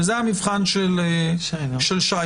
זה המבחן של שיינר.